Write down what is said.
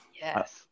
yes